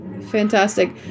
Fantastic